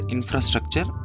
Infrastructure